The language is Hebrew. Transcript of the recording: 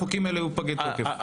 החוקים האלה היו פגי תוקף,